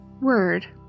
word